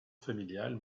familiale